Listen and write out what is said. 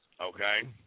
okay